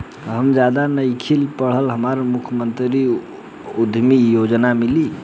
हम ज्यादा नइखिल पढ़ल हमरा मुख्यमंत्री उद्यमी योजना मिली?